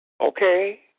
Okay